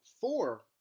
four